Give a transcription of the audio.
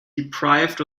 deprived